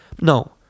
no